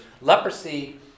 leprosy